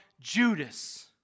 Judas